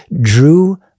Drew